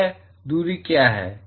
वह दूरी क्या है